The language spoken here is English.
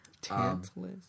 Tantalus